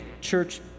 church